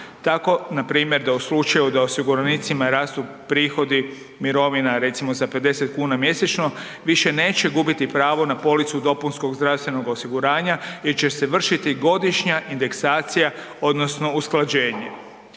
Tako npr. da u slučaju da osiguranicima rastu prihodi mirovina recimo za 50,00 kn mjesečno više neće gubiti pravo na policu dopunskog zdravstvenog osiguranja jer će se vršiti godišnja indeksacija odnosno usklađenje.